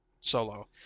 solo